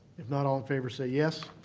if not, all in favor say yes.